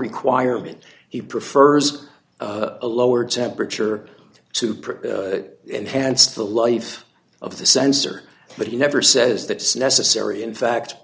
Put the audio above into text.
requirement he prefers a lower temperature to prove that enhanced the life of the sensor but he never says that's necessary in fact